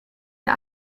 der